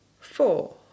four